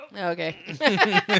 Okay